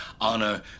Honor